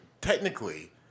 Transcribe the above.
technically